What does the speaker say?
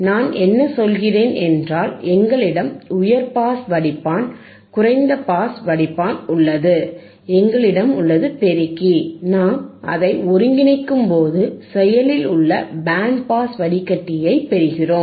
நான் என்ன சொல்கிறேன் என்றால் எங்களிடம் உயர் பாஸ் வடிப்பான் குறைந்த பாஸ் வடிப்பான் உள்ளது எங்களிடம் உள்ளது பெருக்கி நாம் அதை ஒருங்கிணைக்கும்போது செயலில் உள்ள பேண்ட் பாஸ் வடிகட்டியை பெறுகிறோம்